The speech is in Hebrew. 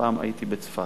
הפעם הייתי בצפת.